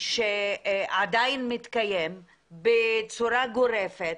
שעדיין מתקיים בצורה גורפת,